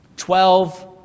Twelve